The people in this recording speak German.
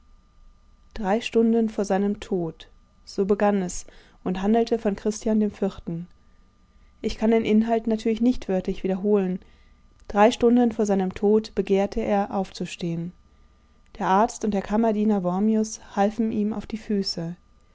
drei stunden vor seinem tod so begann es und handelte von christian dem vierten ich kann den inhalt natürlich nicht wörtlich wiederholen drei stunden vor seinem tod begehrte er aufzustehen der arzt und der kammerdiener wormius halfen ihm auf die füße